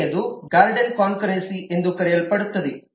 ಎರಡನೆಯದು guarded concurrency ಎಂದು ಕರೆಯಲ್ಪಡುತ್ತದೆ